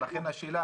ציינתי.